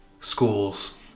schools